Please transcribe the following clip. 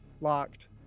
locked